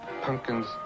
pumpkins